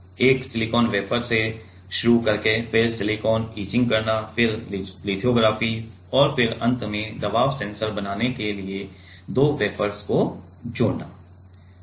एक silicon wafer से शुरू करके फिर सिलिकॉन इचिंग करना फिर लिथोग्राफी और फिर अंत में दबाव सेंसर बनाने के लिए दो वेफर्स को जोड़ना